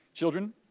Children